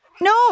No